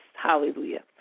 hallelujah